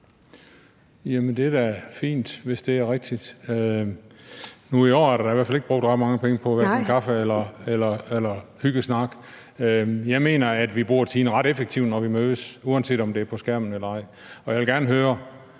det er da fint, hvis det er rigtigt. Nu i år er der da i hvert fald ikke brugt ret mange penge på hverken kaffe eller hyggesnak. Jeg mener, at vi bruger tiden ret effektivt, når vi mødes, uanset om det er på skærmen eller ej. Og jeg vil gerne spørge